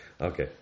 Okay